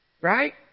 Right